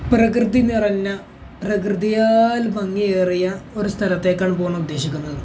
പ്രകൃതി നിറഞ്ഞ പ്രകൃതിയാൽ ഭംഗിയേറിയ ഒരു സ്ഥലത്തേക്കാണ് പോകാൻ ഉദ്ദേശിക്കുന്നത്